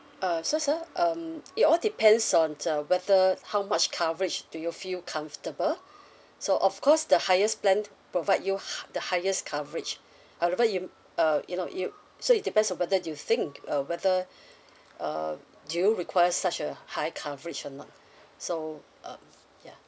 uh so sir um it all depends on the whether how much coverage do you feel comfortable so of course the highest plan provide you hi~ the highest coverage however you uh you know you so it depends whether do you think uh whether um do you require such a high coverage or not so um ya